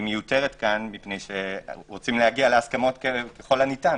מיותרת פה כי רוצים להגיע להסכמות ככל הניתן